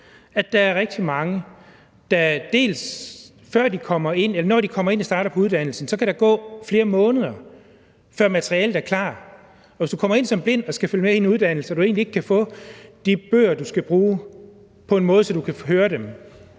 at der er rigtig mange, der oplever, at når de kommer ind og starter på uddannelsen, kan der gå flere måneder, før materialet er klar, og hvis du kommer ind som blind og skal følge med i en uddannelse og du egentlig ikke kan få de bøger, du skal bruge, på en måde, så du kan høre dem,